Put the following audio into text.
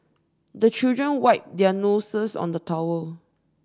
the children wipe their noses on the towel